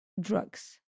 drugs